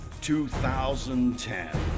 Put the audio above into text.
2010